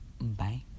Bye